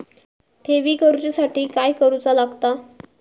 ठेवी करूच्या साठी काय करूचा लागता?